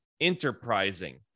enterprising